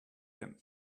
him